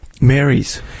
Marys